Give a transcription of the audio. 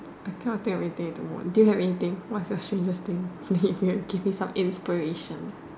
I cannot think of anything at the moment do you have anything what is your strangest thing then you can give me some inspirations